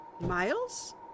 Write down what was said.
miles